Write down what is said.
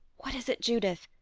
what is it, judith?